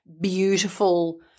beautiful